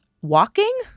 walking